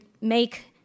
make